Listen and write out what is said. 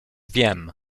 wiem